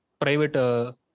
private